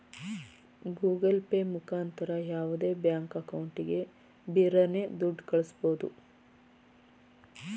Google Pay ಮುಖಾಂತರ ಯಾವುದೇ bank ಅಕೌಂಟಿಗೆ ಬಿರರ್ನೆ ದುಡ್ಡ ಕಳ್ಳಿಸ್ಬೋದು